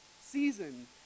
season